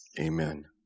Amen